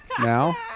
now